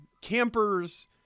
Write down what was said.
campers